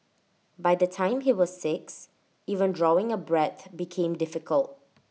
by the time he was six even drawing A breath became difficult